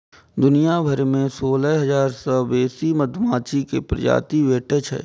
दुनिया भरि मे सोलह हजार सं बेसी मधुमाछी के प्रजाति भेटै छै